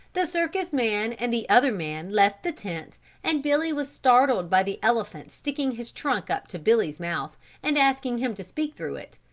the circus-man and the other man left the tent and billy was startled by the elephant sticking his trunk up to billy's mouth and asking him to speak through it,